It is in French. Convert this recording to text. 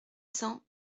cents